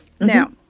now